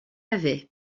avait